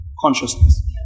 Consciousness